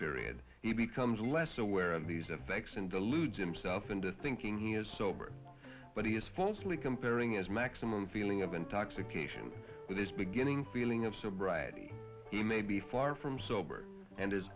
period he becomes less aware of these effects and deludes himself into thinking he is sober but he is falsely comparing its maximum feeling of intoxication with his beginning feeling of sobriety he may be far from sober and